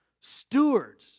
stewards